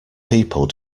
people